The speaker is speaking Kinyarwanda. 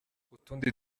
utundi